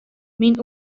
myn